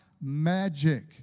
magic